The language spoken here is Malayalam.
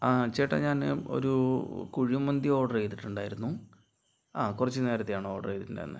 ആ ചേട്ടാ ഞാൻ ഒരു കുഴിമന്തി ഓർഡർ ചെയ്തിട്ടുണ്ടായിരുന്നു ആ കുറച്ചുനേരത്തെ ആണ് ഓർഡർ ചെയ്തിട്ടുണ്ടായിരുന്നത്